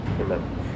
amen